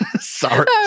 Sorry